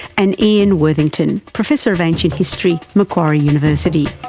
and ian worthington, professor of ancient history, macquarie university.